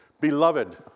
Beloved